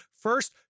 first